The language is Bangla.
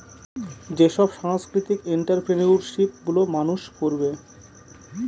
যেসব সাংস্কৃতিক এন্ট্ররপ্রেনিউরশিপ গুলো মানুষ করবে